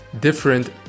different